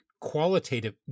qualitative